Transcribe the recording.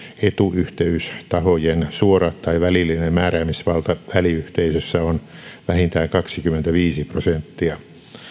etuyhteystahojen suora tai välillinen määräämisvalta väliyhteisössä on vähintään kaksikymmentäviisi prosenttia